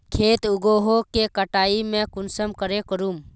खेत उगोहो के कटाई में कुंसम करे करूम?